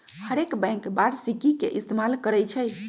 हरेक बैंक वारषिकी के इस्तेमाल करई छई